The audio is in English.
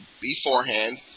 beforehand